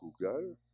Google